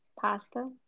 pasta